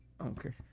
Okay